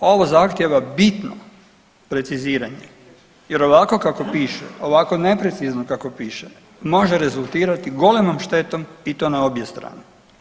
Ovo zahtjeva bitno preciziranje jer ovako kako piše, ovako neprecizno kako piše, može rezultirati golemom štetom i to na obje strane.